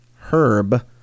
herb